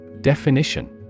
Definition